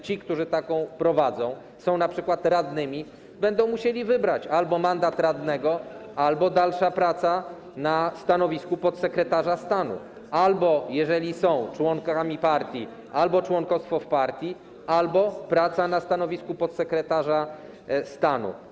Jeśli taką prowadzą, np. jeśli są radnymi, będą musieli wybrać: albo mandat radnego, albo dalsza praca na stanowisku podsekretarza stanu, a jeżeli są członkami partii: albo członkostwo w partii, albo praca na stanowisku podsekretarza stanu.